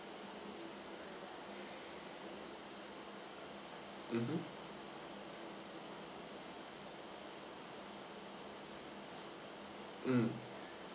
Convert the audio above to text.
mmhmm mm